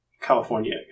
California